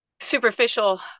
superficial